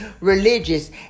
religious